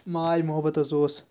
ماے محبت حظ اوس